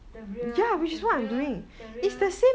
the real the real the real